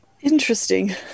Interesting